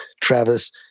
Travis